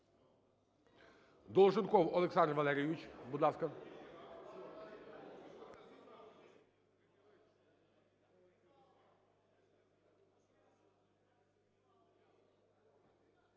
Долженков Олександр Валерійович, будь ласка.